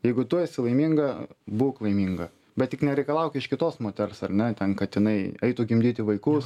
jeigu tu esi laiminga būk laiminga bet tik nereikalauk iš kitos moters ar ne ten kad jinai eitų gimdyti vaikus